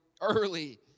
early